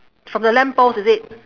from the lamp post is it